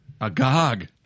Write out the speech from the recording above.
agog